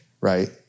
right